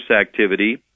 activity